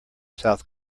south